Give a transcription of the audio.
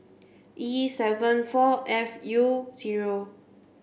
E seven four F U zero